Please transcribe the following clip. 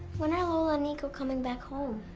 when are lola and nico coming back home?